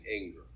anger